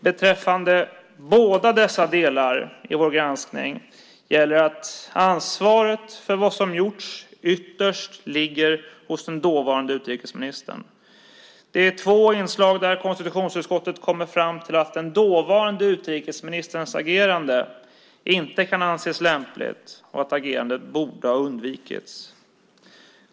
Beträffande båda dessa delar i vår granskning gäller att ansvaret för vad som har gjorts ytterst ligger hos den dåvarande utrikesministern. Det är två inslag där konstitutionsutskottet kommer fram till att den dåvarande utrikesministerns agerande inte kan anses lämpligt och att agerandet borde ha undvikits.